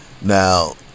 Now